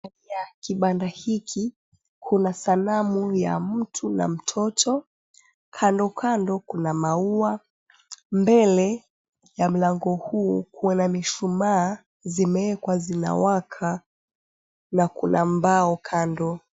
Juu ya kibanda hiki kuna sanamu ya mtu na mtoto. Kandokando kuna maua , mbele ya mlango huo kuna mishumaa zimeweka zinawaka na kuna mbao kando.